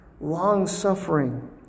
long-suffering